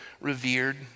revered